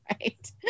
Right